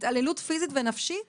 התעללות פיזית ונפשית